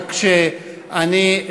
רק שאני,